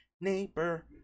neighbor